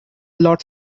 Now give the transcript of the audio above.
lot